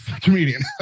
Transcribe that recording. comedian